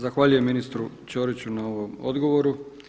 Zahvaljujem ministru Ćoriću na ovom odgovoru.